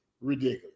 ridiculous